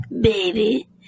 baby